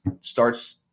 starts